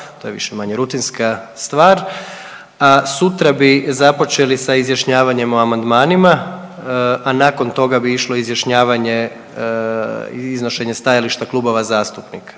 to je manje-više rutinska stvar, a sutra bi započeli sa izjašnjavanjem o amandmanima, a nakon toga bi išlo izjašnjavanje, iznošenje stajališta klubova zastupnika,